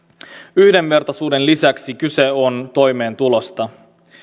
yhdenvertaisuuden lisäksi kyse on toimeentulosta